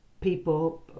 people